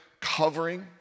covering